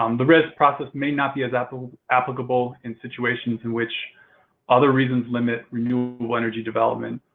um the rez process may not be as ah so applicable in situations in which other reasons limit renewable energy development,